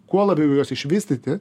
kuo labiau juos išvystyti